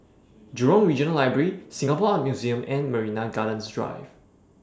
Jurong Regional Library Singapore Art Museum and Marina Gardens Drive